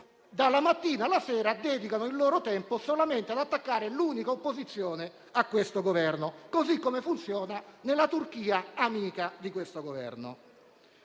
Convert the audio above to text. dalla mattina alla sera, dedicano il loro tempo solamente ad attaccare l'unica opposizione all'attuale Governo, così come funziona nella Turchia, amica del Governo.